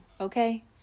Okay